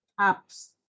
apps